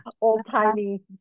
old-timey